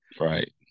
Right